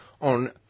on